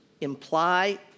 imply